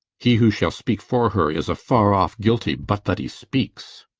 he who shall speak for her is afar off guilty but that he speaks.